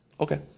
Okay